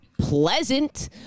pleasant